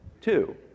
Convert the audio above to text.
two